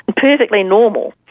perfectly normal.